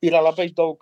yra labai daug